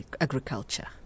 agriculture